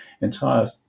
entire